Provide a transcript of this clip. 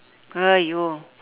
!aiyo!